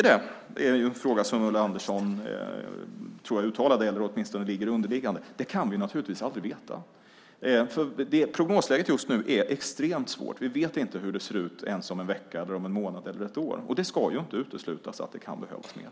Den fråga Ulla Andersson uttalade, eller som åtminstone är underliggande, är: Räcker det? Det kan vi naturligtvis aldrig veta. Prognosläget just nu är extremt svårt. Vi vet inte hur det ser ut ens om en vecka, en månad eller ett år. Det ska inte uteslutas att det kan behövas mer.